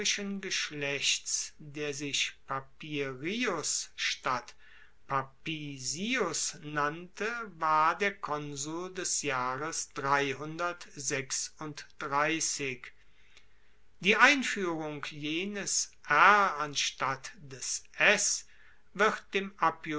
geschlechts der sich papirius statt papisius nannte war der konsul des jahres die einfuehrung jenes r anstatt des s wird dem